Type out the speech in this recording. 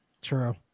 True